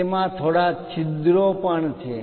તેમાં થોડા છિદ્રો પણ છે